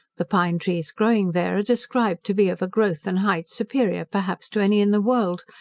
the pine-trees growing there are described to be of a growth and height superior, perhaps, to any in the world.